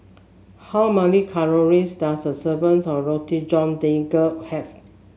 how many calories does a serving's of Roti John Daging have